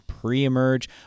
pre-emerge